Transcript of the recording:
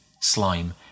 slime